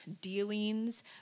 dealings